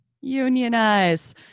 unionize